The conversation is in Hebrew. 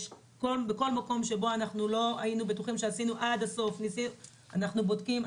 בכל מקום שבו לא היינו בטוחים שעשינו עד הסוף אנחנו בודקים,